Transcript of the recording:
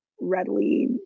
readily